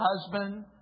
husband